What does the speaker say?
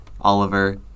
Oliver